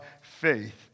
faith